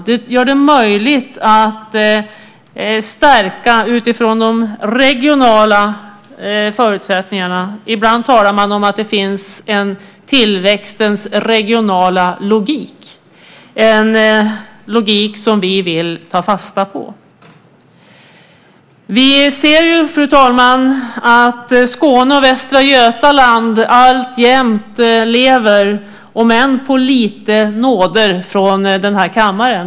Det gör det möjligt att stärkas utifrån de regionala förutsättningarna. Ibland talar man om att det finns en tillväxtens regionala logik - en logik som vi vill ta fasta på. Vi ser, fru talman, att Skåne och Västra Götaland alltjämt lever - om än på lite nåder från den här kammaren.